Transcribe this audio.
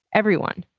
everyone,